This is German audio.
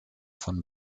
von